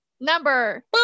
number